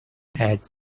hat